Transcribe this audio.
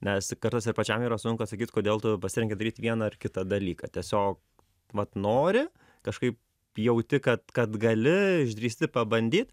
nes kartais ir pačiam yra sunku atsakyt kodėl tu pasirengi daryt vieną ar kitą dalyką tiesiog vat nori kažkaip jauti kad kad gali išdrįsti pabandyt